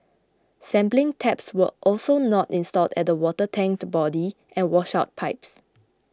sampling taps were also not installed at the water tank body and washout pipes